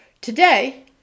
Today